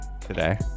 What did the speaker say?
today